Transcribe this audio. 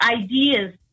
ideas